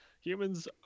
humans